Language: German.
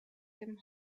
dem